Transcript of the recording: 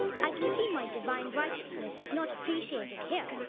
i can see my divine righteousness is not appreciated here.